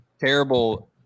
terrible